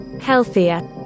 Healthier